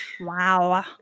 wow